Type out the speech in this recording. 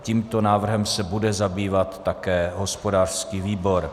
Tímto návrhem se bude zabývat také hospodářský výbor.